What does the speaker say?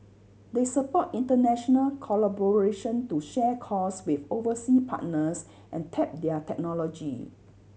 they support international collaboration to share costs with oversea partners and tap their technology